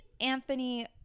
Anthony